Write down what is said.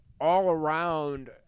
all-around